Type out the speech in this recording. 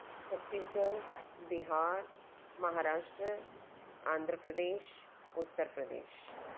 Chhattisgarh Bihar Maharashtra Andhra Pradesh Uttar Pradesh